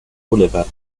boulevard